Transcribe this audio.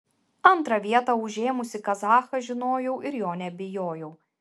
antrą vietą užėmusį kazachą žinojau ir jo nebijojau